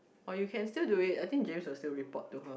or you can still do it I think Jenny was still report to her